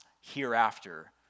hereafter